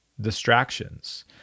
distractions